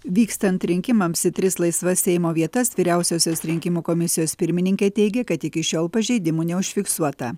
vykstant rinkimams į tris laisvas seimo vietas vyriausiosios rinkimų komisijos pirmininkė teigia kad iki šiol pažeidimų neužfiksuota